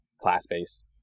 Class-based